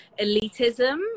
elitism